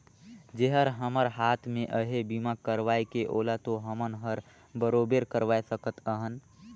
जेहर हमर हात मे अहे बीमा करवाये के ओला तो हमन हर बराबेर करवाये सकत अहन